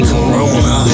Corona